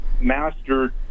mastered